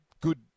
good